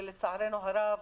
ולצערנו הרב,